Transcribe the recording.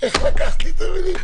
איך לקחת לי את המילים?